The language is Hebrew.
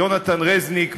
יהונתן רזניק,